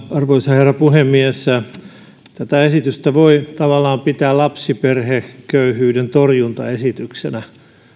arvoisa herra puhemies tätä esitystä voi tavallaan pitää lapsiperheköyhyyden torjuntaesityksenä